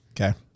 Okay